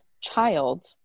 child